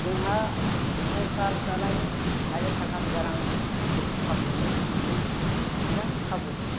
जोंहा संसार जानायनि आरो थाखा फैसा रां रुफा खामायनायनि मोनसे मोजां खाबु दङ